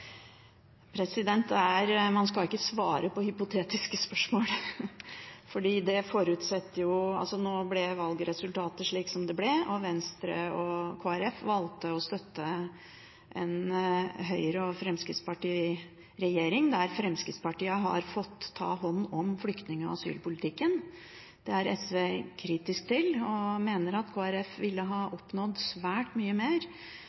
Man skal ikke svare på hypotetiske spørsmål. Nå ble jo valgresultatet slik som det ble, og Venstre og Kristelig Folkeparti valgte å støtte en Høyre–Fremskrittsparti-regjering der Fremskrittspartiet har fått ta hånd om flyktning- og asylpolitikken. Det er SV kritisk til, og jeg mener at Kristelig Folkeparti ville ha oppnådd svært mye mer